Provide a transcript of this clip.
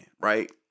right